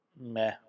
meh